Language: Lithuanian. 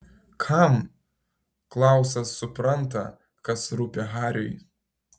kam klausas supranta kas rūpi hariui